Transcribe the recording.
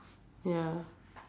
ya